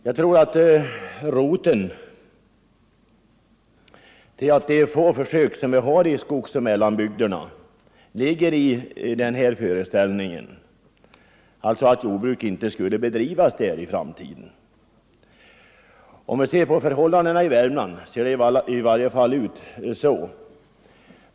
Jag tror att orsaken till att de få försök vi har i skogsoch mellanbygderna ligger i denna föreställning att jordbruket inte skulle bedrivas där i framtiden. Om vi ser på förhållandena i Värmland finner vi att det i varje fall ser ut att ligga till så.